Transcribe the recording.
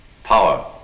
Power